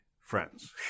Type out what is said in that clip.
friends